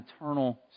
eternal